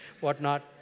whatnot